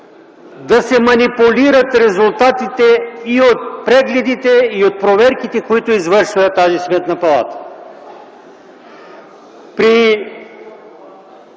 да се манипулират резултатите и от прегледите, и от проверките, които извършва тази Сметна палата.